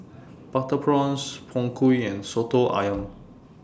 Butter Prawns Png Kueh and Soto Ayam